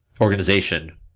organization